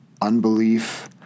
unbelief